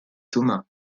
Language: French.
thomas